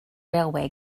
railway